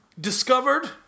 discovered